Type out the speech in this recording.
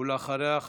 ואחריה,